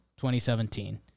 2017